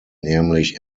nämlich